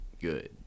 good